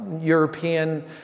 European